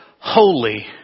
holy